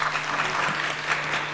(מחיאות כפיים)